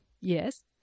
yes